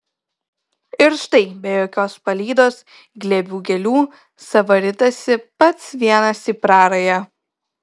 ir štai be jokios palydos glėbių gėlių sava ritasi pats vienas į prarają